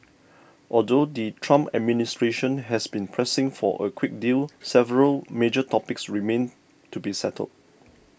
although the Trump administration has been pressing for a quick deal several major topics remain to be settled